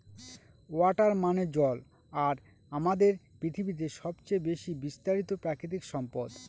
water মানে জল আর আমাদের পৃথিবীতে সবচেয়ে বেশি বিস্তারিত প্রাকৃতিক সম্পদ